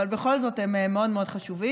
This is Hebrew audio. אבל בכל זאת הם מאוד מאוד חשובים.